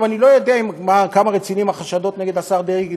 אני לא יודע כמה רציניים החשדות נגד השר דרעי.